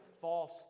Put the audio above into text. false